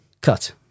cut